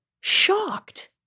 shocked